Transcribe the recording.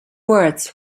words